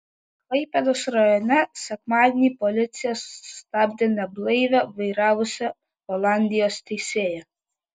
klaipėdos rajone sekmadienį policija sustabdė neblaivią vairavusią olandijos teisėją